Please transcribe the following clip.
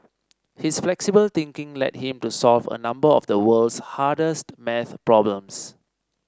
his flexible thinking led him to solve a number of the world's hardest maths problems